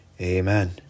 Amen